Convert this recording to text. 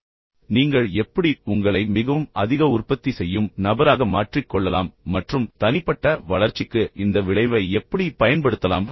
எனவே நீங்கள் எப்படி உங்களை மிகவும் அதிக உற்பத்தி செய்யும் நபராக மாற்றிக் கொள்ளலாம் மற்றும் தனிப்பட்ட வளர்ச்சிக்கு இந்த விளைவை எப்படி பயன்படுத்தலாம்